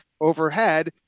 overhead